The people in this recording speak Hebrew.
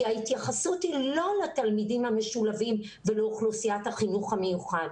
כי ההתייחסות היא לא לתלמידים המשולבים ולאוכלוסיית החינוך המיוחד,